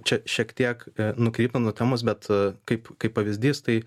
čia šiek tiek nukrypi nuo temos bet kaip kaip pavyzdys tai